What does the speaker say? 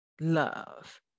Love